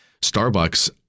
Starbucks